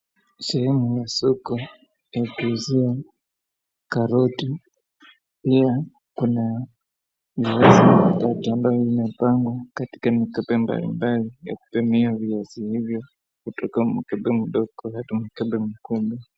Sehemu ya soko ya kuuzia karoti, pia kuna viazi vitamu ambavyo vimepangwa katika mikebe mbalimbali ya kupimia viazi hivyo kutoka mkebe mdogo hadi mkebe mkubwa.